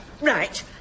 Right